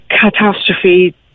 catastrophe